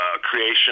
creation